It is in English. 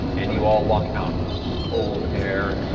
and you all walk out into the cold air